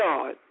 God